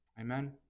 Amen